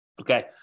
Okay